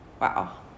Wow